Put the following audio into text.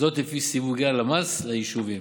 לפי סיווג הלמ"ס ליישובים.